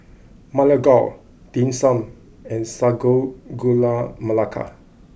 Ma Lai Gao Dim Sum and Sago Gula Melaka